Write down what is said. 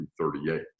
38